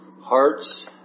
hearts